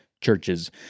Churches